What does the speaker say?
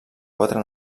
quatre